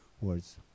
words